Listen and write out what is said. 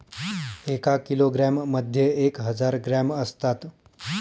एका किलोग्रॅम मध्ये एक हजार ग्रॅम असतात